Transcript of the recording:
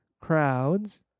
crowds